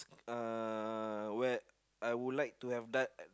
uh where I would like to have done